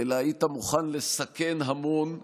היית מוכן לסכן המון,